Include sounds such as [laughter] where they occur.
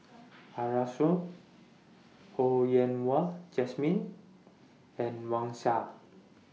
[noise] Arasu Ho Yen Wah Jesmine and Wang Sha